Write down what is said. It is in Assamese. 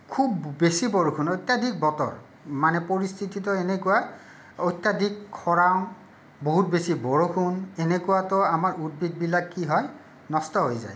খুব বেছি বৰষুণ অত্যাধিক বতৰ মানে পৰিস্থিতিটো এনেকুৱা অত্যাধিক খৰাং বহুত বেছি বৰষুণ এনেকুৱাটো আমাৰ উদ্ভিদবিলাক কি হয় নষ্ট হৈ যায়